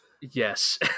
Yes